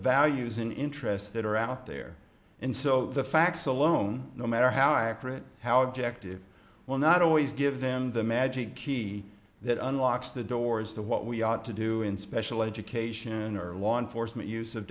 values and interests that are out there and so the facts alone no matter how accurate how ject if well not always give them the magic key that unlocks the doors to what we ought to do in special education or law enforcement use of